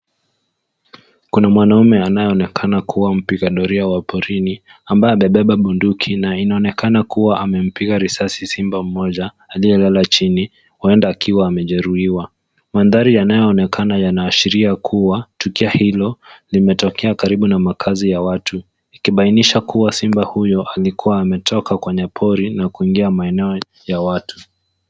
Kuna mwanaume anayeonekana kuwa mpiga doria wa porini ambaye amebeba bunduki na inaonekana kuwa amempiga risasi simba mmoja aliyelala chini, uenda akiwa amejeruhiwa. Mandhari yanayonekana yanaashiria kuwa tukio hilo limetokea karibu na makazi ya watu ikibainisha kuwa simba huyo angekua ametoka kwenye pori na kuingia maeneo ya watu.